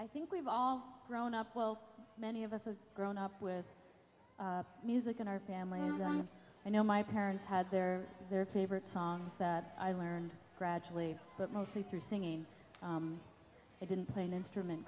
i think we've all grown up well many of us are grown up with music in our families and i know my parents had their their favorite songs that i learned gradually but mostly through singing i didn't play an instrument